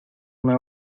una